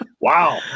Wow